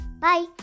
Bye